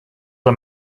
are